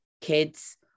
kids